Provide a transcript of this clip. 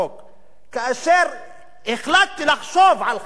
שכאשר החלטתי לחשוב על חלוקת הארץ,